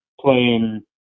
playing